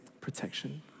protection